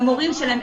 למורים שלהם,